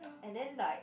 and then like